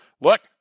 look